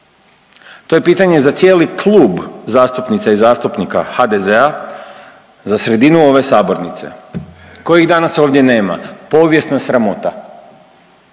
To je pitanje za cijeli Klub zastupnica i zastupnika HDZ-a, za sredinu ove sabornice kojih danas ovdje nema. Povijesna sramota.